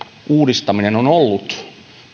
uudistaminen on ollut